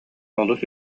олус